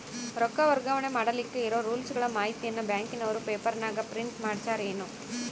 ರೊಕ್ಕ ವರ್ಗಾವಣೆ ಮಾಡಿಲಿಕ್ಕೆ ಇರೋ ರೂಲ್ಸುಗಳ ಮಾಹಿತಿಯನ್ನ ಬ್ಯಾಂಕಿನವರು ಪೇಪರನಾಗ ಪ್ರಿಂಟ್ ಮಾಡಿಸ್ಯಾರೇನು?